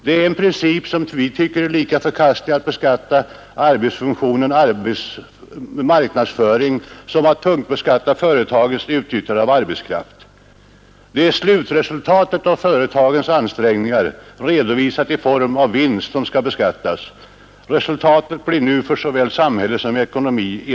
Vi tycker det är lika förkastligt att beskatta arbetsfunktionen marknadsföring som att punktbeskatta företagens utnyttjande av arbetskraft. Det är slutresultatet av företagens ansträngningar, redovisat i form av vinst, som skall beskattas. Resultatet blir nu enbart negativt för såväl samhälle som ekonomi.